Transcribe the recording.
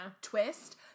twist